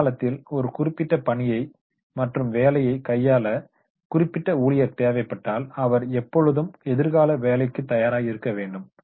எதிர்காலத்தில் ஒரு குறிப்பிட்ட பணியை மற்றும் வேலையை கையாள குறிப்பிட்ட ஊழியர் தேவைப்பட்டால் அவர் எப்பொழுதும் எதிர்கால வேலைக்கு தயாராக இருக்க வேண்டும்